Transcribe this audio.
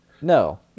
No